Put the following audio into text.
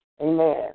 Amen